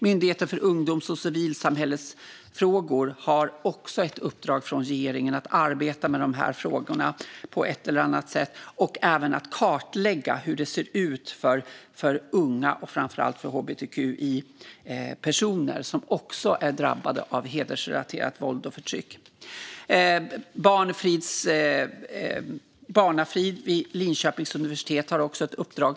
Myndigheten för ungdoms och civilsamhällesfrågor har också ett uppdrag från regeringen att arbeta med de här frågorna på ett eller annat sätt och även att kartlägga hur det ser ut för unga och framför allt för hbtqi-personer, som också är drabbade av hedersrelaterat våld och förtryck. Barnafrid vid Linköpings universitet har ett uppdrag.